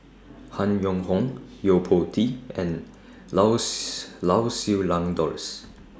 Han Yong Hong Yo Po Tee and Lau's Lau Siew Lang Doris